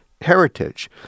heritage